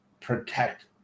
protect –